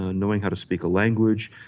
and knowing how to speak a language,